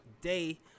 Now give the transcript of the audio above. day